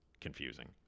confusing